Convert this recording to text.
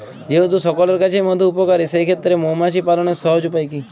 যেহেতু সকলের কাছেই মধু উপকারী সেই ক্ষেত্রে মৌমাছি পালনের সহজ উপায় কি?